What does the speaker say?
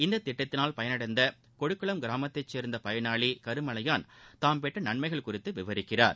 இந்த திட்டத்தினால் பயனடைந்த கொடிக்குளம் கிராமத்தை சேர்ந்த பயனாளி கருமலையான் தாம் பெற்ற நன்மைகள் குறித்து விவரிக்கிறார்